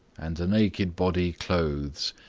and the naked body clothes.